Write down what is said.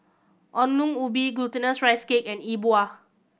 Ongol Ubi Glutinous Rice Cake and E Bua